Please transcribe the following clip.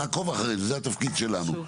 נעקוב אחרי זה, זה התפקיד שלנו.